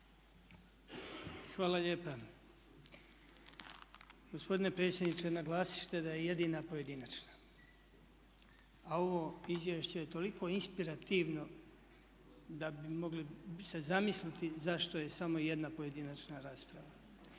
Hvala lijepa. Gospodine predsjedniče naglasili ste da je jedina pojedinačna, a ovo izvješće je toliko inspirativno da bi mogli se zamisliti zašto je samo jedna pojedinačna rasprava.